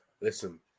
Listen